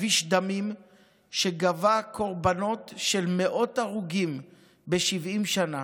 כביש דמים שגבה קורבנות של מאות הרוגים ב-70 שנה.